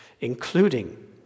including